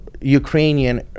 ukrainian